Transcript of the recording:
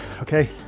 okay